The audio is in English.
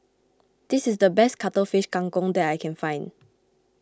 this is the best Cuttlefish Kang Kong that I can find